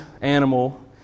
animal